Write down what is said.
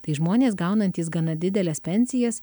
tai žmonės gaunantys gana dideles pensijas